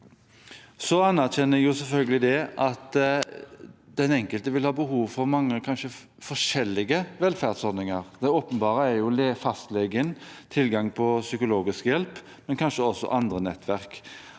Jeg anerkjenner selvfølgelig at den enkelte vil ha behov for mange og kanskje forskjellige velferdsordninger. Det åpenbare er jo fastlegen, tilgang på psykologisk hjelp, men kanskje også andre nettverk.